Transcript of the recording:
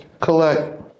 collect